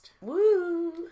Woo